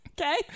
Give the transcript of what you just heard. okay